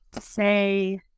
say